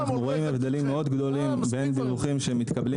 ואנחנו רואים הבדלים מאוד גדולים בין דיווחים שמתקבלים